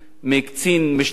מקצין משטרה,